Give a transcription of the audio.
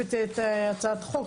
אוהבת את הצעת החוק,